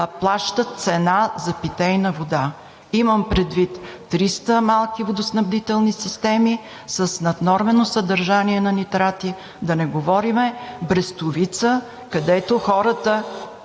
плащат цена за питейна вода? Имам предвид 300 малки водоснабдителни системи с наднормено съдържание на нитрати, да не говорим за Брестовица, където 30